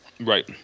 Right